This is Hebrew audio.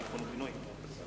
שיכון ובינוי.